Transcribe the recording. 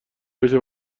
بشه